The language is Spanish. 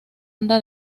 obra